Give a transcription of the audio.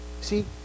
See